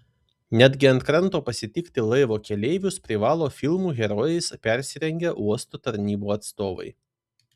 netgi ant kranto pasitikti laivo keleivius privalo filmų herojais persirengę uosto tarnybų atstovai